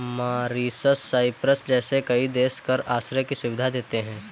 Mauritius, Cyprus जैसे कई देश कर आश्रय की सुविधा देते हैं